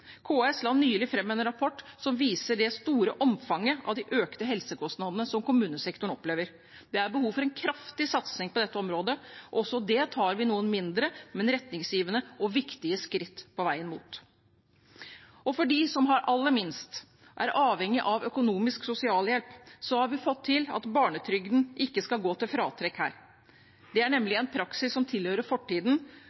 KS la nylig fram en rapport som viser det store omfanget av de økte helsekostnadene som kommunesektoren opplever. Det er behov for en kraftig satsing på dette området. Også det tar vi nå mindre, men retningsgivende og viktige skritt på veien mot. For dem som har aller minst og er avhengige av økonomisk sosialhjelp, har vi fått til at barnetrygden ikke skal gå til fratrekk her. Det er nemlig